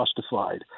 justified